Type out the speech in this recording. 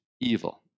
evil